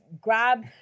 grab